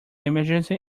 emergency